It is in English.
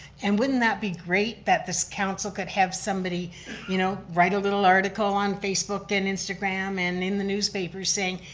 and wouldn't that be great that this council could have somebody you know write a little article on facebook and instagram and in the newspapers saying,